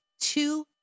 two